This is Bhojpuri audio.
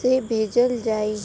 से भेजल जाई?